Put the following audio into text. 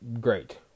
great